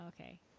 Okay